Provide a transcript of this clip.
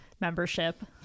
membership